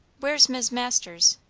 where's mis' masters?